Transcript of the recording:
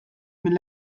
mill